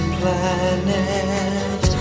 planet